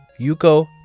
Yuko